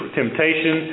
temptation